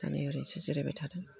दालाय ओरैनोसो जिरायबाय थादों